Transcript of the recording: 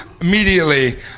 immediately